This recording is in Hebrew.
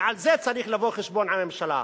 ועל זה צריך לבוא חשבון עם הממשלה.